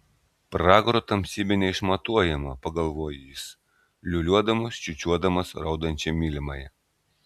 pragaro tamsybė neišmatuojama pagalvojo jis liūliuodamas čiūčiuodamas raudančią mylimąją